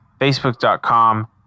Facebook.com